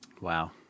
Wow